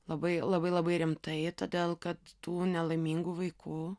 labai labai labai rimtai todėl kad tų nelaimingų vaikų